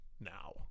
now